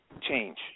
change